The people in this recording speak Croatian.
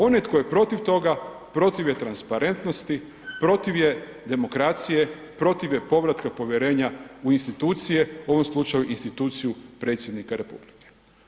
Onaj tko je protiv toga protiv je transparentnosti, protiv je demokracije, protiv je povratka povjerenja u institucije, u ovom slučaju u instituciju predsjednika republike.